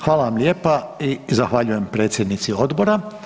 Hvala vam lijepa i zahvaljujem predsjednici odbora.